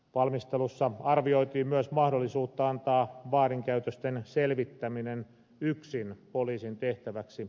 valmistelussa arvioitiin myös mahdollisuutta antaa väärinkäytösten selvittäminen yksin poliisin tehtäväksi